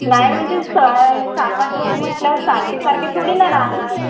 नाही म्हणजे सा सात आठ लोकं म्हटल्यावर सारखेसारखे थोडी ना राहणार